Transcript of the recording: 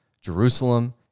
Jerusalem